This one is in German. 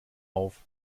auf